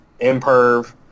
imperv